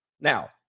Now